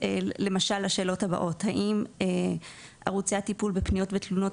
למשל לשאלות הבאות: האם ערוצי הטפול בתלונות ובפניות